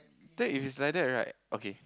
then if it's like that right okay